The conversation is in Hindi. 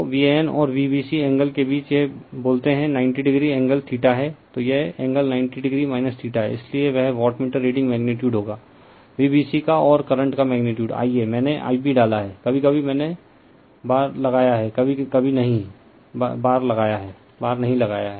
तो VAN और Vbc एंगल के बीच यह बोलते नाइनटी o एंगल है तो यह एंगल नाइनटीo है इसलिए वह वाटमीटर रीडिंग मैग्नीटीयूट होगा Vbc का और करंट का मैग्नीटीयूट Ia मैंने Ib डाला है कभी कभी मैंने बार लगाया है कभी कभी नहीं बार लगाया बार नहीं लगाया